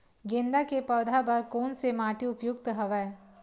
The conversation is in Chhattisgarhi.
गेंदा के पौधा बर कोन से माटी उपयुक्त हवय?